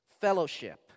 Fellowship